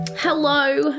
Hello